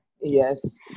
Yes